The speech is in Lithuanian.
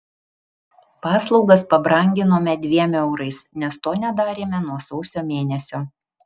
paslaugas pabranginome dviem eurais nes to nedarėme nuo sausio mėnesio